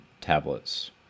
tablets